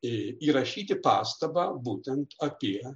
įrašyti pastabą būtent apie